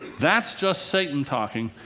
that's just satan talking?